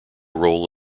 role